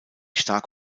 stark